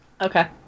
Okay